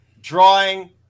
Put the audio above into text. drawing –